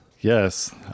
Yes